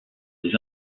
des